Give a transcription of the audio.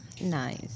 Nice